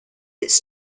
its